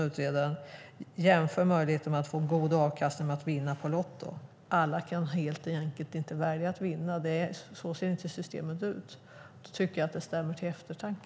Utredaren jämför möjligheten att få en god avkastning med att vinna på Lotto. Alla kan helt enkelt inte välja att vinna. Så ser inte systemet ut. Jag tycker att det stämmer till eftertanke.